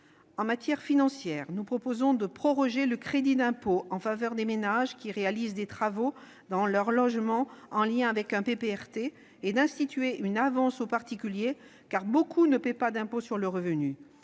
En matière financière, nous proposons de proroger le crédit d'impôt en faveur des ménages qui réalisent des travaux dans leur logement en lien avec un PPRT, mais aussi d'instituer une avance aux particuliers, car beaucoup d'entre eux ne paient pas d'impôt sur le revenu.